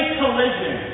collision